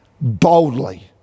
boldly